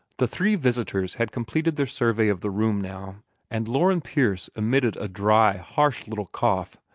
the three visitors had completed their survey of the room now and loren pierce emitted a dry, harsh little cough,